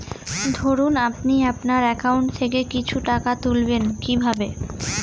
ধরুন আপনি আপনার একাউন্ট থেকে কিছু টাকা তুলবেন কিভাবে?